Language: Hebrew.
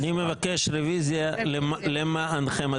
אני מבקש רוויזיה למענכם,